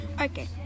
Okay